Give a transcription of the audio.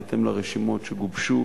בהתאם לרשימות שגובשו